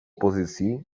pozycji